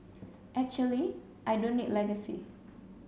actually I don't need legacy